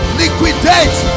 liquidate